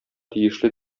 тиешле